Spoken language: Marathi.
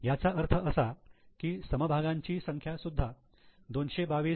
याचा अर्थ असा की समभागांची संख्या सुद्धा 222